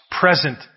present